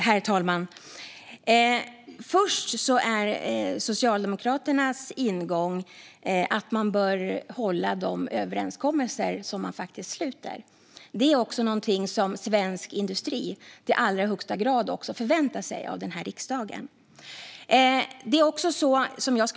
Herr talman! Socialdemokraternas ingång är att man bör hålla de överenskommelser som man faktiskt sluter. Det är också något som svensk industri i högsta grad förväntar sig av riksdagen.